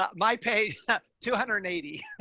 ah my page two hundred and eighty.